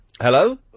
Hello